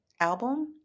album